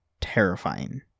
terrifying